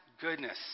goodness